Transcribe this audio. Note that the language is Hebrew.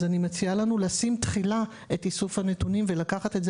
אז אני מציעה לנו לשים תחילה את איסוף הנתונים ולקחת את זה,